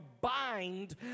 bind